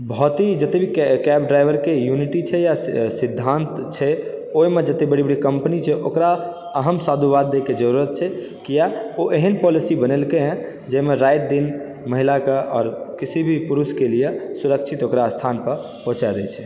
बहुत ही जतय भी कैब ड्राइवरके यूनिटी छै या सिद्धाँत छै ओहिमे जतय बड़ी बड़ी कम्पनी छै ओकरा अहम् साधुवाद दयके जरुरत छै किआ ओ एहन पॉलिसी बनेलकय हँ जाहिमे राति दिन महिलाकऽ आओर किसी भी पुरुषकेँ लिए सुरक्षित ओकरा स्थान पर पहुँचा दैत छै